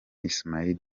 ismaila